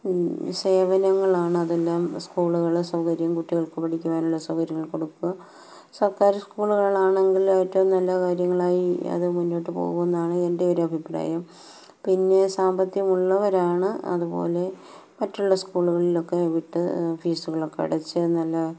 സേവനങ്ങളാണ് അതെല്ലാം സ്കൂളുകളില് സൗകര്യം കുട്ടികൾക്ക് പഠിക്കുവാനുള്ള സൗകര്യങ്ങൾ കൊടുക്കുക സർക്കാർ സ്കൂളുകളാണെങ്കിൽ ഏറ്റവും നല്ല കാര്യങ്ങളായി അത് മുന്നോട്ട് പോകുമെന്നാണ് എൻ്റെയൊരു അഭിപ്രായം പിന്നെ സാമ്പത്തികമുള്ളവരാണ് അതുപോലെ മറ്റുള്ള സ്കൂളുകളിലൊക്കെ വിട്ട് ഫീസുകളൊക്കെ അടച്ച് നല്ല